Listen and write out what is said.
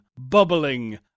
bubbling